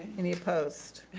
any opposed?